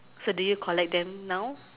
so do you collect them now